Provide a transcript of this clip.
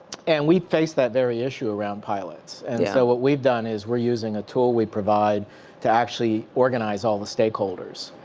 and we faced that very issue around pilots. yeah. and so what we've done is we're using a tool we provide to actually organize all the stakeholders.